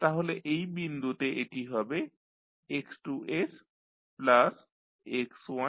তাহলে এই বিন্দুতে এটি হবে X2sx1